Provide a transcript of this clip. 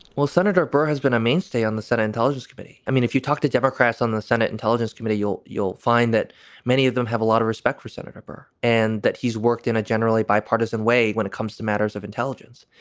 well, senator burr has been a mainstay on the senate intelligence committee. i mean, if you talk to democrats on the senate intelligence committee, you'll you'll find that many of them have a lot of respect for senator burr and that he's worked in a generally bipartisan way when it comes to matters of intelligence.